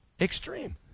extreme